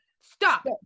Stop